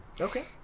Okay